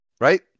right